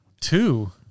two